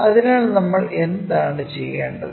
അതിനാൽ നമ്മൾ എന്താണ് ചെയ്യേണ്ടത്